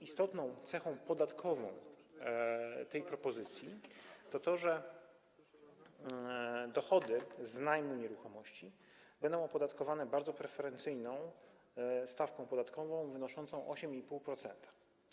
Istotną cechą podatkową tej propozycji jest to, że dochody z najmu nieruchomości będą opodatkowane bardzo preferencyjną stawką podatkową wynoszącą 8,5%.